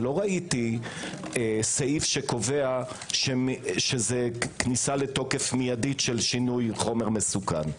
אבל לא ראיתי סעיף שקובע שזה כניסה לתוקף מיידית של שינוי חומר מסוכן.